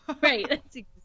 right